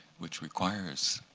which requires